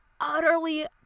utterly